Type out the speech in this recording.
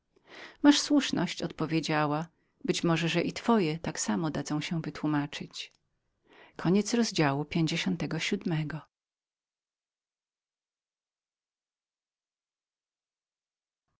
masz słuszność odpowiedziała być może że i twoje tak samo dadzą się wytłumaczyć